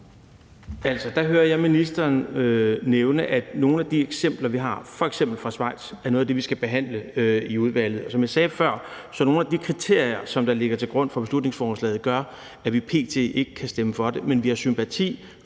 (SF): Der hører jeg så ministeren nævne, at nogle af de eksempler, vi har, f.eks. fra Schweiz, er noget af det, vi skal behandle i udvalget. Som jeg sagde før, gør nogle af de kriterier, som ligger til grund for beslutningsforslaget, at vi p.t. ikke kan stemme for det. Men vi har sympati